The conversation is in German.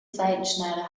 seitenschneider